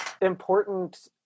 important